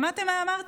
שמעתם מה אמרתי?